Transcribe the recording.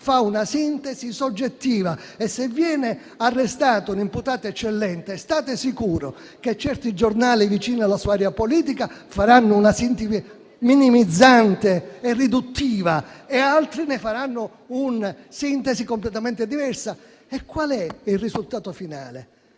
fa una sintesi soggettiva e se viene arrestato un imputato eccellente, state sicuri che certi giornali vicini alla sua area politica faranno una sintesi minimizzante e riduttiva e altri ne faranno una completamente diversa, con il risultato finale